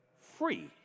free